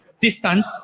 distance